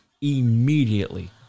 immediately